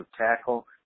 tackle